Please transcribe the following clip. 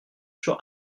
sur